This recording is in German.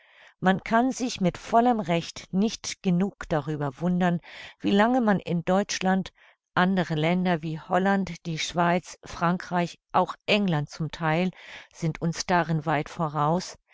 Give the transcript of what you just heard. man kann sich mit vollem recht nicht genug darüber wundern wie lange man in deutschland andre länder wie holland die schweiz frankreich auch england zum theil sind uns darin weit voraus